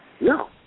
No